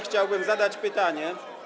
Chciałbym zadać pytanie.